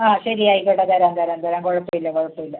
ആ ശരി ആയിക്കോട്ടെ തരാം തരാം തരാം കുഴപ്പമില്ല കുഴപ്പമില്ല